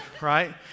right